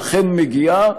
ואכן מגיעה,